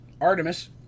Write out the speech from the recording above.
Artemis